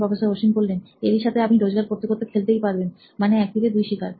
professor Ashwin এরই সাথে আপনি রোজগার করতে করতে খেলতেই পারবেন মানে এক তীরে দুই শিকার